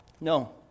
No